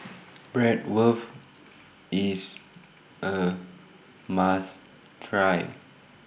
Bratwurst IS A must Try